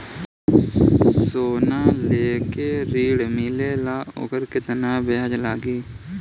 सोना लेके ऋण मिलेला वोकर केतना ब्याज लागी?